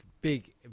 Big